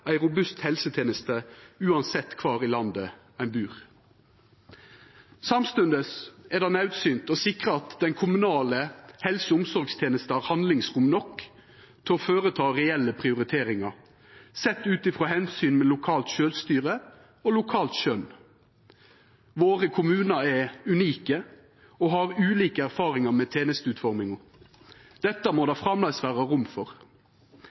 ei robust helseteneste, uansett kvar i landet ein bur. Samstundes er det naudsynt å sikra at den kommunale helse- og omsorgstenesta har handlingsrom nok å føreta reelle prioriteringar sett ut ifrå omsynet til lokalt sjølvstyre og lokalt skjønn. Våre kommunar er unike og har ulike erfaringar med tenesteutforminga. Dette må det framleis vera rom for.